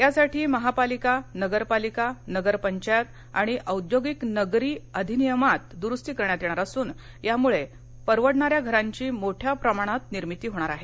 यासाठी महापालिका नगरपालिका नगरपंचायत आणि औद्योगिक नगरी अधिनियमात दुरुस्ती करण्यात येणार असून यामुळे परवडणाऱ्या घरांची मोठ्या प्रमाणात निर्मीती होणार आहे